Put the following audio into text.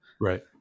Right